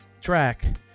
track